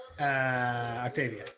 Octavia